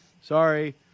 Sorry